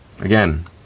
again